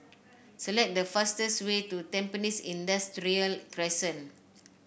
select the fastest way to Tampines Industrial Crescent